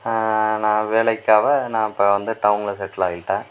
நான் வேலைக்காக நான் இப்போ வந்து டவுன்ல செட்டில் ஆகிட்டேன்